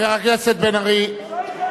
בונים,